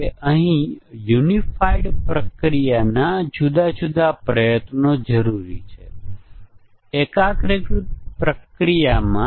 આ સ્ટ્રક્ચર ડિઝાઇનનું ઉદાહરણ છે અથવા મોડ્યુલો એકબીજાને કેવી રીતે બોલાવે છે તેનું ઉદાહરણ છે